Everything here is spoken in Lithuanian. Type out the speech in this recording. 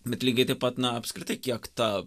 bet lygiai taip pat na apskritai kiek ta